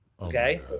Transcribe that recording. Okay